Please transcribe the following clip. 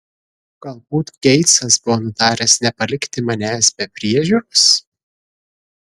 galbūt geitsas buvo nutaręs nepalikti manęs be priežiūros